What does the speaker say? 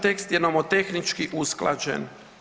Tekst je nomotehnički usklađen.